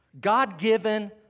God-given